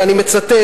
ואני מצטט,